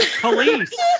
police